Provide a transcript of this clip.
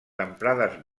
emprades